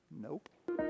Nope